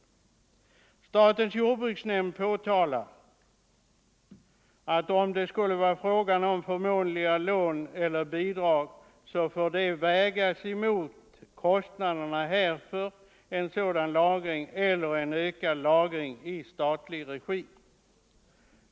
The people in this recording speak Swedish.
Statens jordbruksnämnd framhåller att kostnaderna för ”förmånliga lån och bidrag” får vägas mot kostnaderna för en ökad lagring i statlig regi.